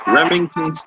Remington